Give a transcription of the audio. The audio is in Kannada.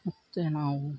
ಮತ್ತು ನಾವು